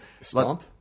stomp